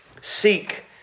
Seek